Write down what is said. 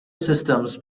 systems